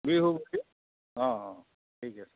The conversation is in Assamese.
বিহু বুলি অঁ অঁ ঠিক আছে